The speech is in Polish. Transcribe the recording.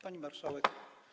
Pani Marszałek!